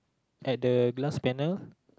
at the glass panel